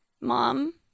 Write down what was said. Mom